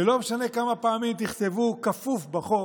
ולא משנה כמה פעמים תכתבו כפוף בחוק,